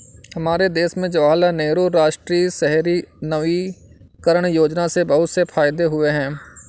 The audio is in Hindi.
हमारे देश में जवाहरलाल नेहरू राष्ट्रीय शहरी नवीकरण योजना से बहुत से फायदे हुए हैं